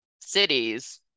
cities